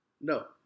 No